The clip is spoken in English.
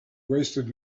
wasted